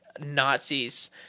Nazis